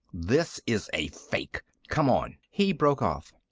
this is a fake. come on! he broke off.